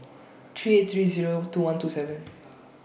three eight three Zero two one two seven